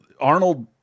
Arnold